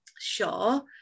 sure